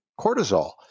cortisol